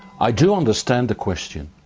i do understand the question.